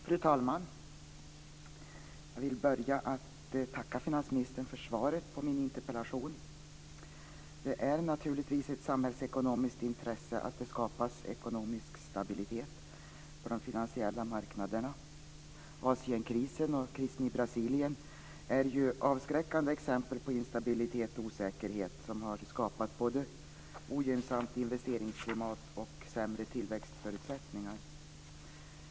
Fru talman! Jag vill börja med att tacka finansministern för svaret på min interpellation. Det är naturligtvis ett samhällsekonomiskt intresse att det skapas ekonomisk stabilitet på de finansiella marknaderna. Asienkrisen och krisen i Brasilien är ju avskräckande exempel på instabilitet och osäkerhet som har skapat både ett ogynnsamt investeringsklimat och sämre tillväxtförutsättningar.